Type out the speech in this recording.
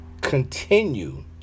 continue